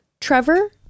Trevor